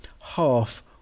half